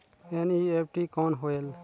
NEFT कौन होएल?